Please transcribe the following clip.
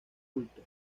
culto